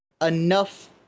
enough